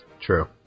True